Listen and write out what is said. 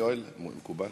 יואל, מקובל?